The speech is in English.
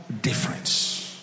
difference